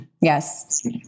Yes